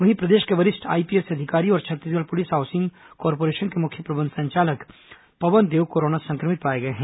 वहीं प्रदेश के वरिष्ठ आईपीएस अधिकारी और छत्तीसगढ़ पुलिस हाउसिंग कार्पोरेशन के मुख्य प्रबंध संचालक पवन देव कोरोना संक्रमित पाए गए हैं